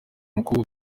mukobwa